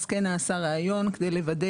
אז כן נעשה ראיון כדי לוודא,